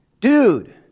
Dude